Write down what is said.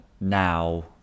now